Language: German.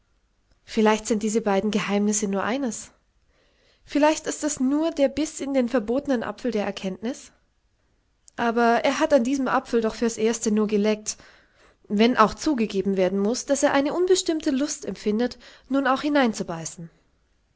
vielleicht sind diese beiden geheimnisse nur eines vielleicht ist es nur der biß in den verbotenen apfel der erkenntnis aber er hat an diesem apfel doch fürs erste nur geleckt wenn auch zugegeben werden muß daß er eine unbestimmte lust empfindet nun auch hineinzubeißen